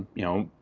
you know,